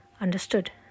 understood